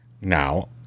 Now